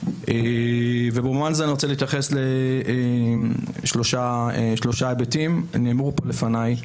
ובמובן הזה אני רוצה להתייחס לשלושה היבטים שנאמרו פה לפניי,